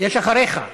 יש אחריך.